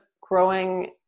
growing